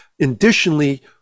additionally